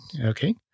Okay